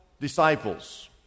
disciples